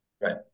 Right